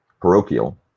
parochial